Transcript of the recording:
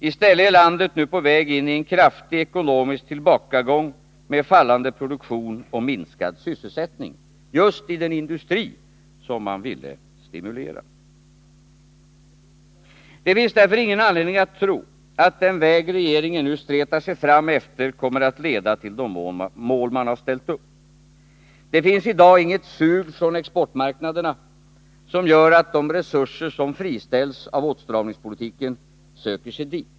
I stället är landet nu på väg in i en kraftig ekonomisk tillbakagång med fällande produktion och minskad sysselsättning just i den industri som man ville stimulera. Det finns därför ingen anledning att tro att den väg regeringen nu stretar sig fram efter kommer att leda till de mål man har ställt upp. Det finns i dag inget sug från exportmarknaderna som gör att de resurser som friställs av åtstramningspolitiken söker sig dit.